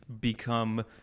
become